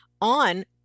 on